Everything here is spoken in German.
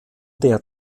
der